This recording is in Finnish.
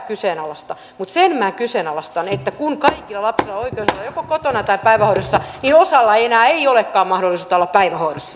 mutta sen minä kyseenalaistan että kun kaikilla lapsilla on oikeus olla joko kotona tai päivähoidossa niin osalla ei enää olekaan mahdollisuutta olla päivähoidossa